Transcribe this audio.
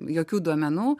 jokių duomenų